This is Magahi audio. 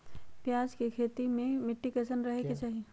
प्याज के खेती मे मिट्टी कैसन रहे के चाही?